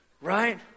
Right